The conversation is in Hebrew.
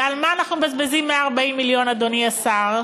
ועל מה אנחנו מבזבזים 140 מיליון, אדוני השר?